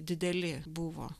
dideli buvo